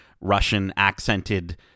Russian-accented